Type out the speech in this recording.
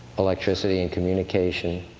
electricity, and communication,